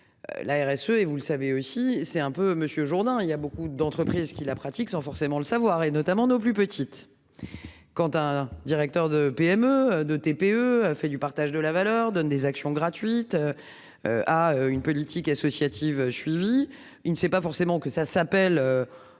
La RSE et vous le savez aussi, c'est un peu Monsieur Jourdain. Il y a beaucoup d'entreprises qui la pratiquent, sans forcément le savoir et notamment nos plus petite. Quand un directeur de PME de TPE a fait du partage de la valeur des actions gratuites. À une politique associative. Suivi, il ne sait pas forcément que ça s'appelle.